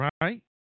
right